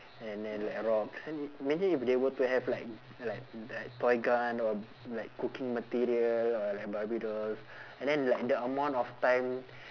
and then like rocks and i~ imagine if they were to have like like like toy gun or like cooking material or like barbie dolls and then like the amount of time